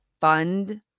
fund